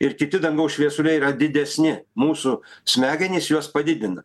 ir kiti dangaus šviesuliai yra didesni mūsų smegenys juos padidina